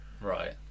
right